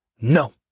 No